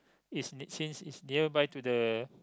is since it's nearby to the